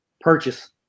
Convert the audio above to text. purchase